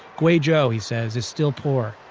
guizhou, he says, is still poor,